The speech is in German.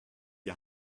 die